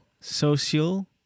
social